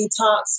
detox